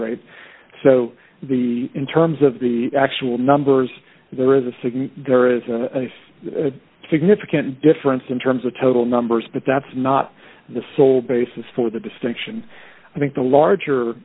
rate so the in terms of the actual numbers there is a signal there is a significant difference in terms of total numbers but that's not the sole basis for the distinction i think the larger